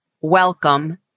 welcome